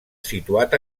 situat